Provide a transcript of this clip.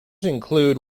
include